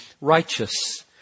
righteous